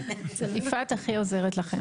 יפעת הכי עוזרת לכם.